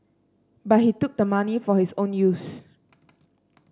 but he took the money for his own use